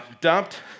dumped